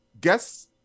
guess